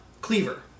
Cleaver